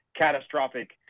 catastrophic